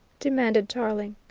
demanded tarling.